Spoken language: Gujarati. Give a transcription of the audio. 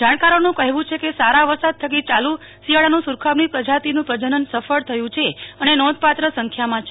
જાણકારોનું કહેવું છે કે સારા વરસાદ થકી યાલુ શિયાળાનું સુરખાબની પ્રજાતિનું પ્રજનન સફળ થયું છે અને નોંધપાત્ર સંખ્યામાં છે